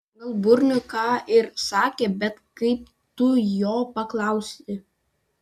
gal burniui ką ir sakė bet kaip tu jo paklausi